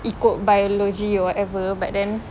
ikut biology or whatever but then